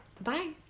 Bye